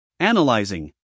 Analyzing